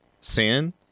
sin